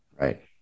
Right